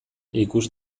ikus